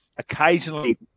occasionally